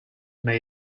may